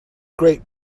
great